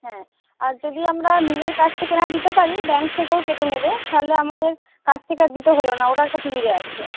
হ্য়াঁ আর যদি আমরা নিজের কাছ থেকে না দিতে পারি ব্যাঙ্ক থেকেও কেটে নেবে তাহলে আমাদের কাছ থেকে আর দিতে হল না ওটা একটা সুবিধে আছে